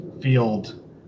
field